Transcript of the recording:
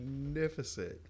magnificent